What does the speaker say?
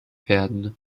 werden